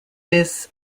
this